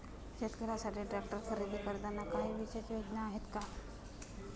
शेतकऱ्यांसाठी ट्रॅक्टर खरेदी करताना काही विशेष योजना आहेत का?